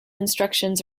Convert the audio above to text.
instructions